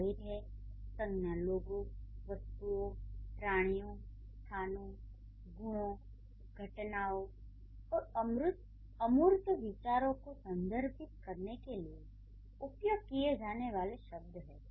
जाहिर है संज्ञा लोगों वस्तुओं प्राणियों स्थानों गुणों घटनाओं और अमूर्त विचारों को संदर्भित करने के लिए उपयोग किए जाने वाले शब्द हैं